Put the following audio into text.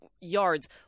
yards